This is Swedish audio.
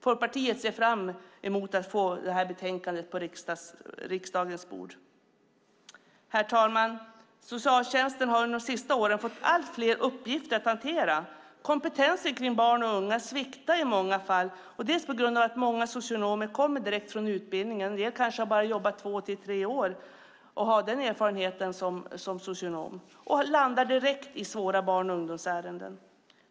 Folkpartiet ser fram emot att få detta betänkande på riksdagens bord. Herr talman! Socialtjänsten har under de senaste åren fått allt fler uppgifter att hantera. Kompetensen kring barn och unga sviktar i många fall på grund av att många socionomer kommer direkt från utbildningen. En del kanske bara har jobbat två till tre år och har den erfarenheten av att arbeta som socionom. De hamnar direkt i svåra barn och ungdomsärenden.